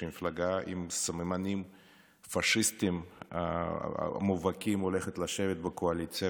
שמפלגה עם סממנים פשיסטיים מובהקים הולכת לשבת בקואליציה.